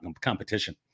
competition